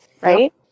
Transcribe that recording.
right